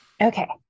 okay